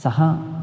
सः